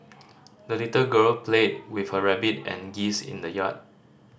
the little girl played with her rabbit and geese in the yard